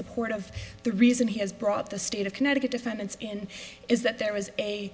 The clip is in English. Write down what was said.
support of the reason he has brought the state of connecticut defendants and is that there was a